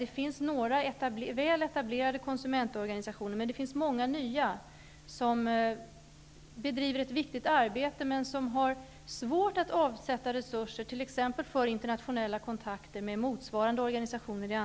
Det finns några väl etablerade konsumentorganisationer. Men det finns också många nya, som bedriver ett viktigt arbete, men som har svårt att avsätta resurser t.ex. för internationella kontakter med motsvarande organisationer.